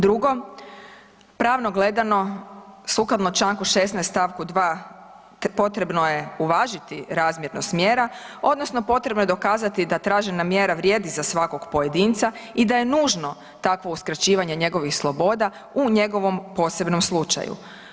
Drugo, pravno gledano sukladno čl. 16. st. 2. potrebno je uvažiti razmjernost mjera odnosno potrebno je dokazati da tražena mjera vrijedi za svakog pojedinca i da je nužno takvo uskraćivanje njegovih sloboda u njegovom posebnom slučaju.